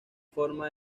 forma